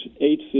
eight